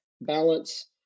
balance